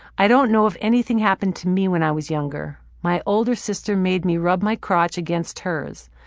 i don't know if anything happened to me when i was younger. my older sister made me rub my crotch against hers.